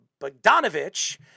Bogdanovich